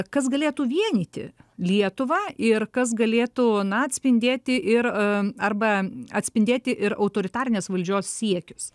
kas galėtų vienyti lietuvą ir kas galėtų na atspindėti ir arba atspindėti ir autoritarinės valdžios siekius